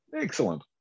Excellent